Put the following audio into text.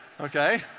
okay